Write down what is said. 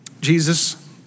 Jesus